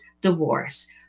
divorce